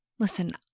Listen